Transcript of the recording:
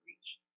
reach